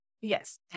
Yes